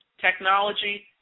technology